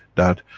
that,